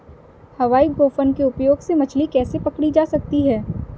हवाई गोफन के उपयोग से मछली कैसे पकड़ी जा सकती है?